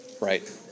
Right